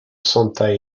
santa